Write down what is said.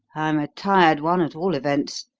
i'm a tired one at all events,